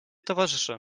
towarzysze